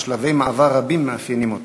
ששלבי מעבר רבים מאפיינים אותה.